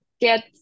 get